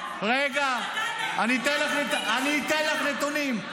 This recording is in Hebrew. --- רגע, אני אתן לך נתונים.